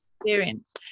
experience